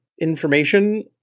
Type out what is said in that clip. information